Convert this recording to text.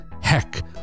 Heck